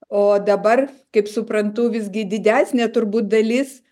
o dabar kaip suprantu visgi didesnė turbūt dalis